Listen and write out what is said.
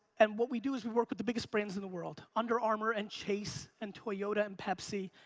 and what we do is we work with the biggest brands in the world. under armour and chase and toyota and pepsi.